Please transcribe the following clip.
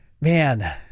man